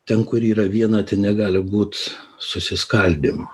ten kur yra vieno negali būt susiskaldymo